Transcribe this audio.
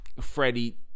Freddie